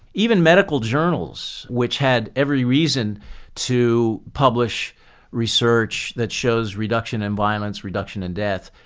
even medical journals, which had every reason to publish research that shows reduction and violence reduction and death.